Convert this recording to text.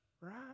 Right